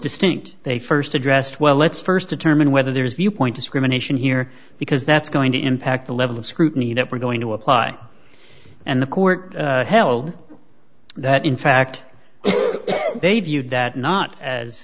distinct they st addressed well let's st determine whether there is viewpoint discrimination here because that's going to impact the level of scrutiny that we're going to apply and the court held that in fact they view that not as